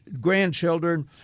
grandchildren